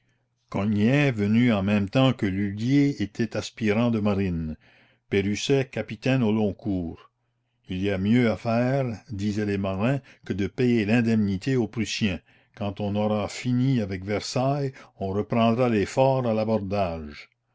venu en même temps que lullier était aspirant de marine perusset capitaine au long cours il y a mieux à faire disaient les marins que de payer l'indemnité aux prussiens quand on aura fini avec versailles on reprendra les forts à l'abordage